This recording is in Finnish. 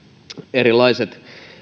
erilaiset